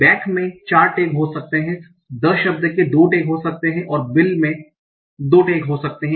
back में 4 tag हो सकते हैं the शब्द के 2 टैग हो सकते हैं और बिल में 2 टैग हो सकते हैं